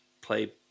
play